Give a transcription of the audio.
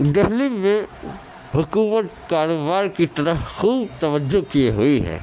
دہلی میں حکومت کاروبار کی طرف خوب توجہ کیے ہوئی ہے